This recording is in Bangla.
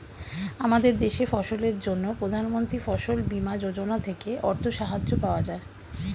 আমাদের দেশে ফসলের জন্য প্রধানমন্ত্রী ফসল বীমা যোজনা থেকে অর্থ সাহায্য পাওয়া যায়